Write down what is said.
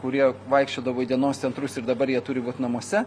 kurie vaikščiodavo į dienos centrus ir dabar jie turi būt namuose